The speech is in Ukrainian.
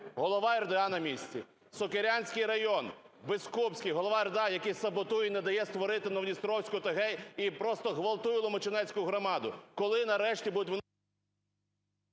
голова РДА на місті. Сокирянський район – Бескупський, голова РДА, який саботує і не дає створити ОТГ, і просто ґвалтуємо Ломачинецьку громаду.